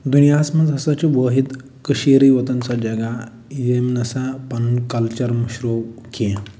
دُنیاہس منٛز ہَسا چھِ وٲحد کٔشیٖرٕے یوتن سۄ جگہِ ییٚمۍ نَہ سا پنُن کلچر مٔشرو کیٚنٛہہ